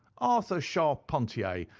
ah so charpentier,